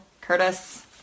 Curtis